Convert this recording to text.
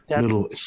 little